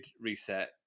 reset